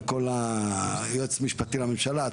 יועץ משפטי לממשלה,